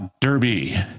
Derby